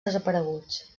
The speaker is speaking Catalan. desapareguts